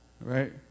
Right